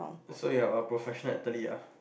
so you are a professional athlete ah